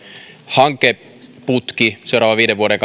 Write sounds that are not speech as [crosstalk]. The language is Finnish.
hankeputki seuraavan viiden vuoden [unintelligible]